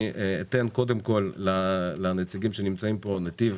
אני אתן קודם כל לנציגים שנמצאים פה, נתיב,